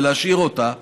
להשאיר אותה,